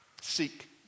Seek